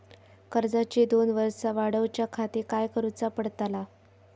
कर्जाची दोन वर्सा वाढवच्याखाती काय करुचा पडताला?